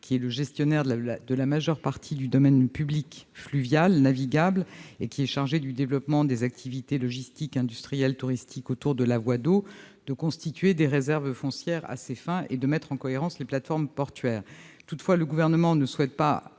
à VNF, gestionnaire de la majeure partie du domaine public fluvial et navigable, chargé du développement des activités logistiques, industrielles et touristiques autour de la voie d'eau, de constituer des réserves foncières à ces fins et de mettre en cohérence les plateformes portuaires. Toutefois, le Gouvernement ne souhaite pas